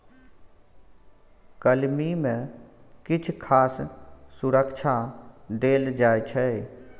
कलमी मे किछ खास सुरक्षा देल जाइ छै